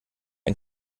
ein